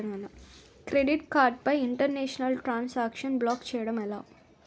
Credit card పై international transaction block చేయటం ఎలా?